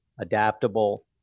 adaptable